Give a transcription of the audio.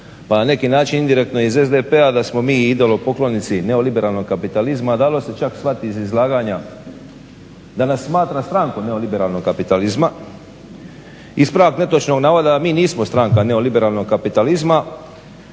pa na neki način indirektno i iz SDP-a da smo mi idolopoklonici neoliberalnog kapitalizma, a dalo se čak shvatiti iz izlaganja da nas smatra strankom neoliberalnog kapitalizma. Ispravak netočnog navoda je da mi nismo stranka neoliberalnog kapitalizma